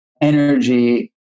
energy